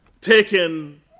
taken